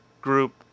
group